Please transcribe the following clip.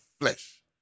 flesh